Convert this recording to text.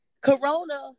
Corona